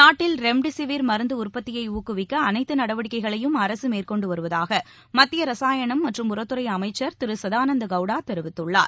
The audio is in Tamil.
நாட்டில் ரெம்டெசிவிர் மருந்து உற்பத்தியை ஊக்குவிக்க அனைத்து நடவடிக்கைகளையும் அரசு மேற்கொண்டுவருவதாக மத்திய ரசாயனம் மற்றும் உரத்துறை அமைச்சர் திரு சதானந்த கவுடா தெரிவித்துள்ளார்